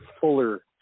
fuller